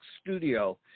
studio